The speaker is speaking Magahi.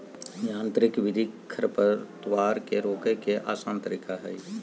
यांत्रिक विधि खरपतवार के रोके के आसन तरीका हइ